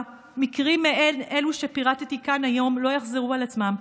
מקרים מעין אלה שפירטתי כאן היום לא יחזרו על עצמם.